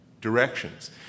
directions